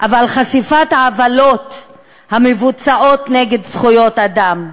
אבל חשיפת העוולות המבוצעות נגד זכויות אדם,